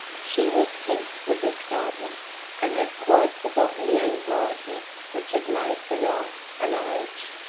she was pink with excitement and had quite forgotten the anxiety which had made the night an age.